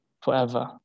forever